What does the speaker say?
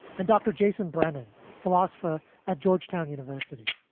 and dr. jason brenan, philosopher at georgetown university.